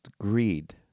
greed